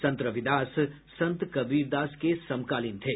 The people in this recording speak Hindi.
संत रविदास संत कबीरदास के समकालीन थे